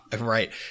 Right